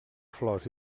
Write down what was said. flors